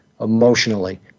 emotionally